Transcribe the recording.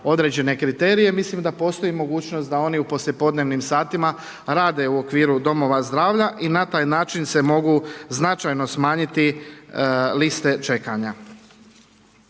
određene kriterije mislim da postoji mogućnost da oni u poslijepodnevnim satima rade u okviru domova zdravlja i na taj način se mogu značajno mogu smanjiti liste čekanja.